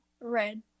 Red